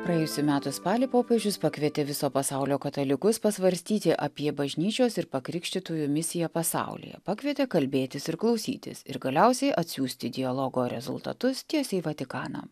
praėjusių metų spalį popiežius pakvietė viso pasaulio katalikus pasvarstyti apie bažnyčios ir pakrikštytųjų misiją pasaulyje pakvietė kalbėtis ir klausytis ir galiausiai atsiųsti dialogo rezultatus tiesiai į vatikaną